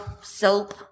Soap